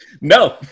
No